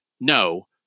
no